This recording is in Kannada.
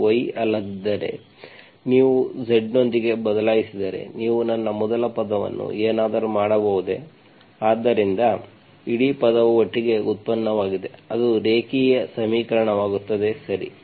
ಇದು y ಅಲ್ಲದಿದ್ದರೆ ನೀವು Z ನೊಂದಿಗೆ ಬದಲಾಯಿಸಿದರೆ ನೀವು ನನ್ನ ಮೊದಲ ಪದವನ್ನು ಏನಾದರೂ ಮಾಡಬಹುದೇ ಆದ್ದರಿಂದ ಇಡೀ ಪದವು ಒಟ್ಟಿಗೆ ಉತ್ಪನ್ನವಾಗಿದೆ ಅದು ರೇಖೀಯ ಸಮೀಕರಣವಾಗುತ್ತದೆ ಸರಿ